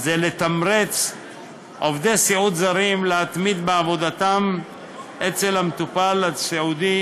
היא לתמרץ עובדי סיעוד זרים להתמיד בעבודתם אצל המטופל הסיעודי